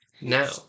Now